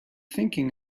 thinking